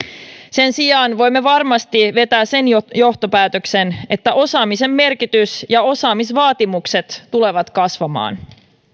sen sijaan voimme varmasti vetää sen johtopäätöksen että osaamisen merkitys ja osaamisvaatimukset tulevat kasvamaan